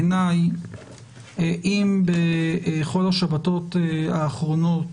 בעיניי אם בכל השבתות האחרונות,